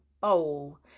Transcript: bowl